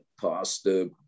pasta